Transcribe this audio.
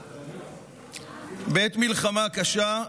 בעת מלחמה קשה,